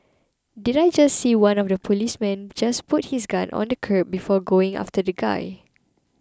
did I just see one of the policemen just put his gun on the curb before going after the guy